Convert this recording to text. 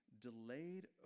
delayed